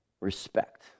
respect